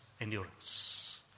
endurance